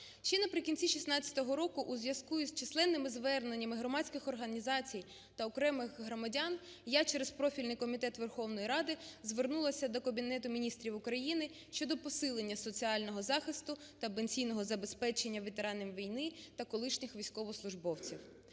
Ще наприкінці 2016 року у зв'язку із численними зверненнями громадських організацій та окремих громадян я через профільний комітет Верховної Ради звернулася до Кабінету Міністрів України щодо посилення соціального захисту та пенсійного забезпечення ветеранів війни та колишніх військовослужбовців.